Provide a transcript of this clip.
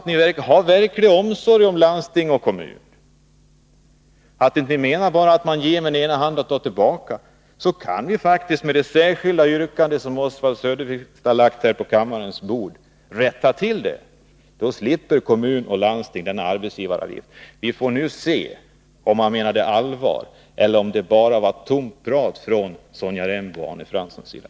Om ni har verklig omsorg om landsting och kommuner och inte bara vill ge med den ena handen och ta tillbaka med den andra, har ni chansen att visa det genom att rösta för det särskilda yrkande som Oswald Söderqvist har lagt på kammarens bord. Då slipper kommuner och landsting denna arbetsgivaravgift. Vi får nu se om Sonja Rembo och Arne Fransson menade allvar eller om det bara var tomt prat från deras sida.